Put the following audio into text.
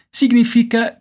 significa